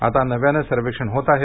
आता नव्यानं सर्वेक्षण होत आहे